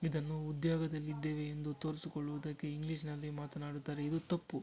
ಇದನ್ನು ಉದ್ಯೋಗದಲ್ಲಿದ್ದೇವೆ ಎಂದು ತೋರಿಸಿಕೊಳ್ಳುವುದಕ್ಕೆ ಇಂಗ್ಲೀಷ್ನಲ್ಲಿ ಮಾತನಾಡುತ್ತಾರೆ ಇದು ತಪ್ಪು